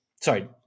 sorry